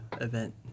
event